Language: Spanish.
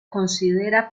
considera